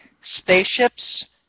spaceships